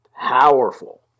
powerful